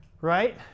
right